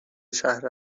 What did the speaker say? شهر